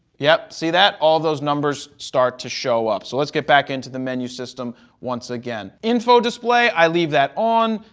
yep, see that. all those numbers start to show up. so let's get back into the menu system once again. info display, i leave that on.